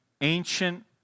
ancient